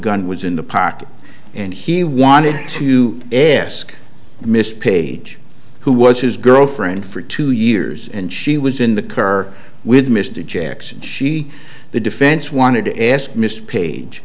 gun was in the pocket and he wanted to ask mr page who was his girlfriend for two years and she was in the car with mr jackson she the defense wanted to ask mr page